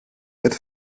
bett